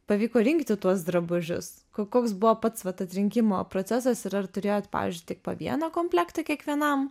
pavyko rinkti tuos drabužius koks buvo pats vat atrinkimo procesas ir ar turėjot pavyzdžiui tik po vieną komplektą kiekvienam